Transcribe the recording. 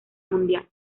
mundial